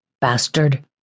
Bastard